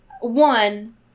one